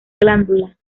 glándula